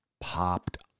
popped